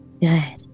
Good